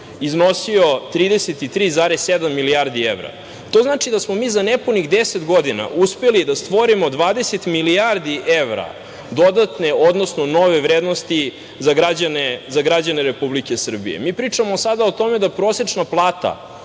iznosio 33,7 milijardi evra. To znači da smo mi za nepunih 10 godina uspeli da stvorimo 20 milijardi evra dodatne, odnosno nove vrednosti za građane Republike Srbije. Mi pričamo sada o tome da prosečna plata